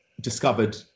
discovered